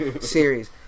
series